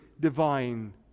divine